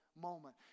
moment